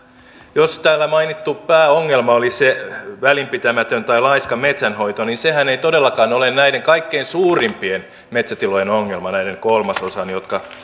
jos täällä mainittu pääongelma oli se välinpitämätön tai laiska metsänhoito niin sehän ei todellakaan ole näiden kaikkein suurimpien metsätilojen ongelma tämän kolmasosan